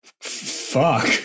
Fuck